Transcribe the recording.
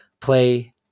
play